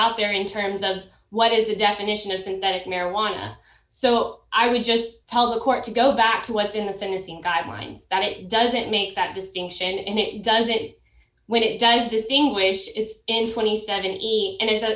out there in terms of what is the definition of synthetic marijuana so i would just tell the court to go back to what's in the sentencing guidelines that it doesn't make that distinction and it does it when it does distinguish it's in twenty seven and it is a